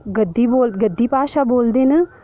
गद्दी बोल गद्दी भाशा बोलदे न